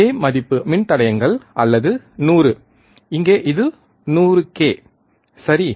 அதே மதிப்பு மின்தடையங்கள் அல்லது 100 இங்கே இது 100 k சரி